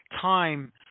time